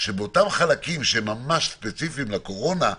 שבאותם חלקים שספציפיים לקורונה בהנחיות,